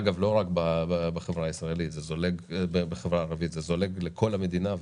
אגב לא רק בחברה הערבית, זה זולג לכל המדינה.